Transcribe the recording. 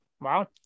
Wow